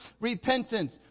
repentance